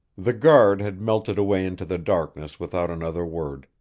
the guard had melted away into the darkness without another word,